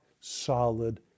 solid